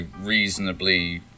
reasonably